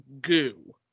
goo